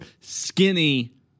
skinny